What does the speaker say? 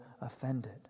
offended